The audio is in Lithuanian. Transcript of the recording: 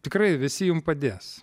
tikrai visi jum padės